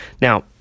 Now